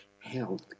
health